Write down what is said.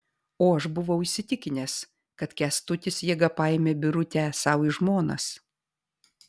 o aš buvau įsitikinęs kad kęstutis jėga paėmė birutę sau į žmonas